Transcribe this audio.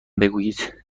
بگویید